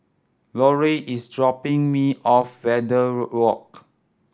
Lorie is dropping me off Verde Walk